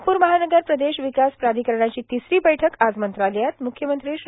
नागपूर महानगर प्रदेश र्विकास प्राधिकरणाची र्पतसरां बैठक आज मंत्रालयात म्रख्यमंत्री श्री